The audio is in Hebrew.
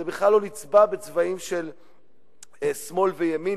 זה בכלל לא נצבע בצבעים של שמאל וימין,